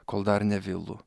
kol dar nevėlu